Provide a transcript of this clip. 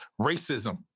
racism